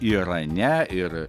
irane ir